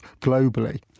globally